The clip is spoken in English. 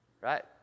Right